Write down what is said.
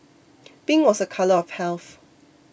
pink was a colour of health